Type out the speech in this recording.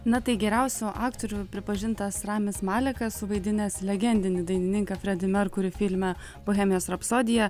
na tai geriausiu aktoriu pripažintas ramis malekas suvaidinęs legendinį dainininką fredį merkurį filme bohemijos rapsodija